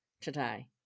today